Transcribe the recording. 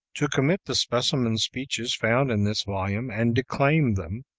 to commit the specimen speeches found in this volume and declaim them,